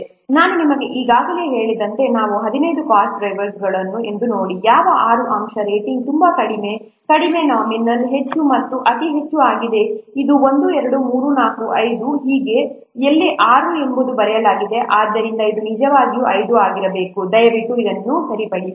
ನಾನು ನಿಮಗೆ ಈಗಾಗಲೇ ಹೇಳಿದಂತೆ ಇವು 15 ಕಾಸ್ಟ್ ಡ್ರೈವರ್ಸ್ ಎಂದು ನೋಡಿ ಯಾವ ಆರು ಅಂಶ ರೇಟಿಂಗ್ ತುಂಬಾ ಕಡಿಮೆ ಕಡಿಮೆ ನಾಮಿನಲ್ ಹೆಚ್ಚು ಮತ್ತು ಅತಿ ಹೆಚ್ಚು ಹಾಗಾಗಿ ಇದು 1 2 3 4 5 ಐದು ಹೀಗೆ ಇಲ್ಲಿ ಆರು ಎಂದು ಬರೆಯಲಾಗಿದೆ ಆದ್ದರಿಂದ ಇದು ನಿಜವಾಗಿ ಐದು ಆಗಿರಬೇಕು ದಯವಿಟ್ಟು ಅದನ್ನು ಸರಿಪಡಿಸಿ